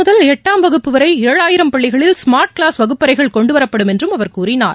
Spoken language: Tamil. முதல் எட்டாம் வகுப்புவரைழாயிரம் பள்ளிகளில் ஸ்மார்ட் கிளாஸ் வகுப்பறைகள் ஆற கொண்டுவரப்படும் என்றும் அவர் கூறினார்